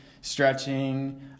stretching